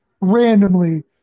randomly